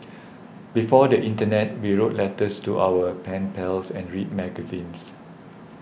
before the internet we wrote letters to our pen pals and read magazines